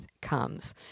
comes